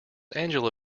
angela